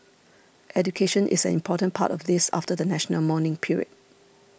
education is an important part of this after the national mourning period